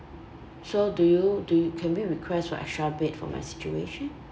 so do you do can we request for extra bed for my situation